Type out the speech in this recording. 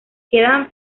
quedan